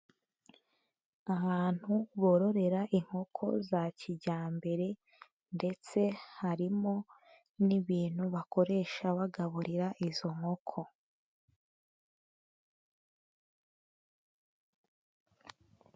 Ahantu bororera inkoko za kijyambere ndetse harimo n'ibintu bakoresha bagaburira izo nkoko.